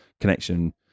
connection